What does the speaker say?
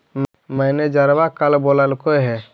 मैनेजरवा कल बोलैलके है?